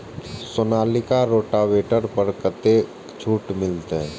Sonalika rotavator पर कतेक छूट मिलते?